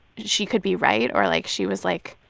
she could be right or, like, she was like,